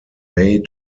may